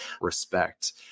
respect